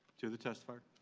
to the testifier